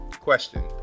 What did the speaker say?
question